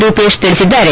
ರೂಪೇಶ್ ತಿಳಿಸಿದ್ದಾರೆ